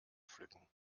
pflücken